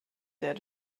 der